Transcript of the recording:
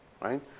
Right